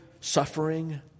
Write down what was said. suffering